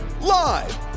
Live